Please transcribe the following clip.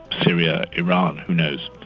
syria, iran, who knows?